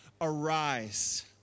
arise